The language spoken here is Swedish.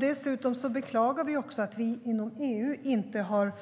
Dessutom beklagar vi att vi inom EU inte har